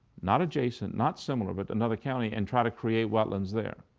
not adjacent, not similar, but another county and try to create wetlands there.